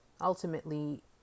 Ultimately